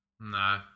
No